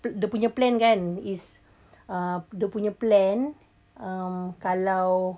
dia punya plan kan is uh dia punya plan uh kalau